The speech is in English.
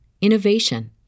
innovation